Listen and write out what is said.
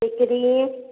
सिकड़ी